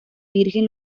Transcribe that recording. virgen